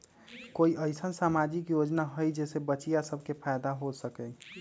कोई अईसन सामाजिक योजना हई जे से बच्चियां सब के फायदा हो सके?